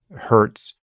hertz